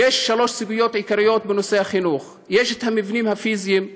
יש שלוש סוגיות עיקריות בנושא החינוך: יש מבנים פיזיים,